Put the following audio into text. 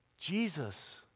Jesus